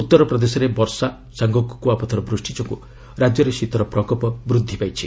ଉତ୍ତରପ୍ରଦେଶରେ ବର୍ଷା ସାଙ୍ଗକୁ କୁଆପଥର ବୃଷ୍ଟି ଯୋଗୁଁ ରାକ୍ୟରେ ଶୀତର ପ୍ରକୋପ ବୂଦ୍ଧି ପାଇଛି